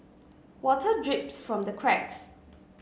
water drips from the cracks